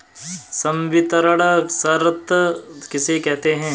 संवितरण शर्त किसे कहते हैं?